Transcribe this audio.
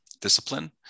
discipline